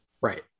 Right